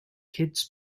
kids